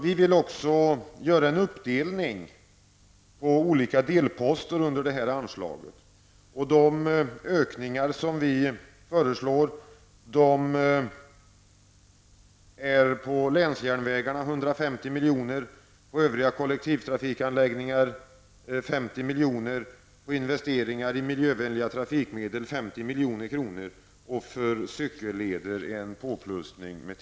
Vi vill också göra en uppdelning på olika delposter under detta anslag. De ökningar som vi föreslår är på länsjärnvägarna Herr talman!